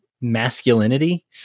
masculinity